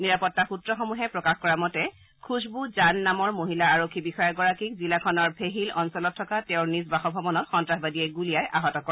নিৰাপত্তা সূত্ৰসমূহে প্ৰকাশ কৰা মতে খুছবু জান্দ নামৰ মহিলা আৰক্ষী বিষয়াগৰাকীক জিলাখনত ভেহিল অঞ্চলত থকা নিজ বাসভৱনত সন্ত্ৰাসবাদীয়ে গুলিয়াই আহত কৰে